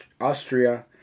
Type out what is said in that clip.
Austria